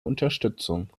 unterstützung